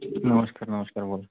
नमस्कार नमस्कार बोला